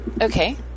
Okay